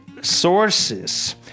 sources